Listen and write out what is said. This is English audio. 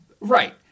Right